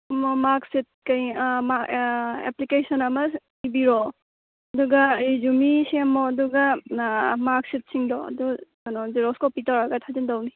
mark sheet ꯀꯩ application ꯑꯃ ꯏꯕꯤꯔꯣ ꯑꯗꯨꯒ ꯔꯤꯖꯨꯃꯤ ꯁꯦꯝꯃꯣ ꯑꯗꯨꯒ ꯃꯥꯔꯛ ꯁꯤꯠꯁꯤꯡꯗꯣ ꯑꯗꯨ ꯀꯩꯅꯣ ꯖꯦꯔꯣꯛꯁ ꯀꯣꯄꯤ ꯇꯧꯔꯒ ꯊꯥꯖꯤꯟꯗꯧꯅꯤ